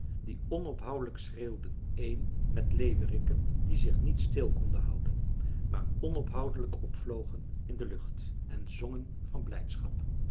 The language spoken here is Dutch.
die onophoudelijk schreeuwden een met leeuweriken die zich niet stil konden houden maar onophoudelijk opvlogen in de lucht en zongen van blijdschap